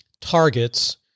targets